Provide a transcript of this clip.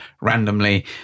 randomly